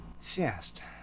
fast